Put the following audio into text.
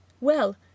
Well